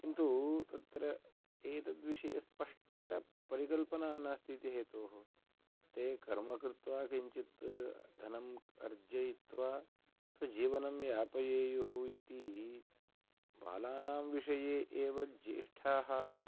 किन्तु तत्र एतद्विषये स्पष्टपरिकल्पना नास्ति इति हेतोः ते कर्म कृत्वा किञ्चित् धनम् अर्जयित्वा स्वजीवनं यापयेयुः इति बालानां विषये एव ज्येष्ठाः